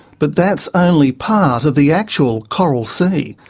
but that's only part of the actual coral sea.